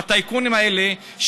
בטייקונים האלה,